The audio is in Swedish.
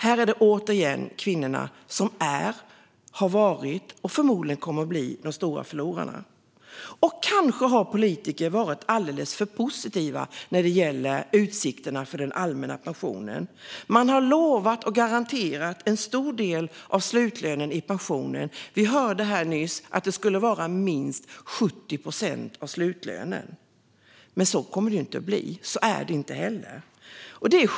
Här är det återigen kvinnorna som är, har varit och förmodligen kommer att bli de stora förlorarna. Och kanske har politiker varit alldeles för positiva när det gäller utsikterna för den allmänna pensionen. Man har lovat och garanterat en stor del av slutlönen i pension. Vi hörde här nyss att den skulle vara minst 70 procent av slutlönen. Men så är det inte och kommer det inte att bli.